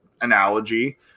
analogy